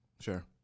sure